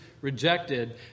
rejected